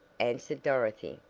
answered dorothy,